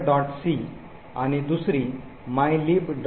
c आणि दुसरी mylib